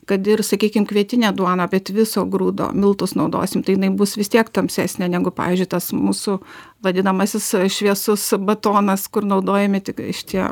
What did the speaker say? kad ir sakykim kvietinę duoną bet viso grūdo miltus naudosim tai jinai bus vis tiek tamsesnė negu pavyzdžiui tas mūsų vadinamasis šviesus batonas kur naudojami tik šitie